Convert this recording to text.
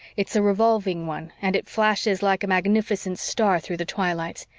it's a revolving one, and it flashes like a magnificent star through the twilights.